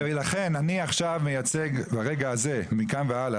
ולכן אני עכשיו מייצג ברגע הזה מכאן והלאה,